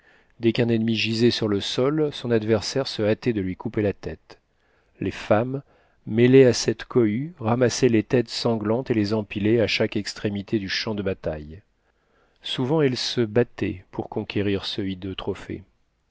dès qu'un ennemi gisait sur le sol son adversaire se hâtait de lui couper la tête les femmes mêlées à cette cohue ramassaient les têtes sanglantes et les empilaient à chaque extrémité du champ de bataille souvent elles se battaient pour conquérir ce hideux trophée